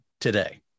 today